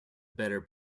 better